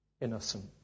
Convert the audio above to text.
innocent